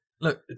Look